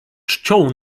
czcią